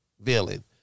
villain